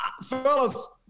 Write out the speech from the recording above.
fellas